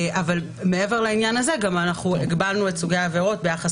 מעבר לעניין הזה גם הגבלנו את סוגי העבירות ביחס